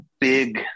big